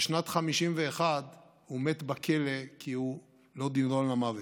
בשנת 1951 הוא מת בכלא, כי הוא לא נידון למוות.